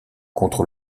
contre